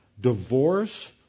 Divorce